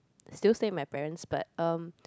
still stay with my parents but um